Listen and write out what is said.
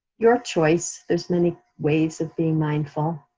your choice, there's many ways of being mindful.